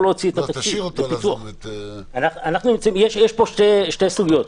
יש פה שתי סוגיות.